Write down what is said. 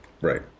Right